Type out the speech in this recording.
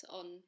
on